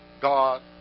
God